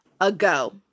ago